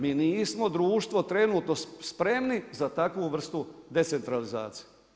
Mi nismo društvo trenutno spremni za takvu vrstu decentralizacije.